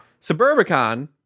Suburbicon